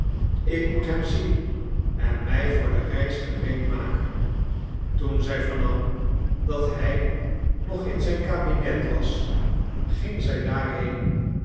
ik moet hem zien en mij voor de reis gereedmaken toen zij vernam dat hij nog in zijn kabinet was ging zij